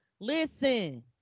Listen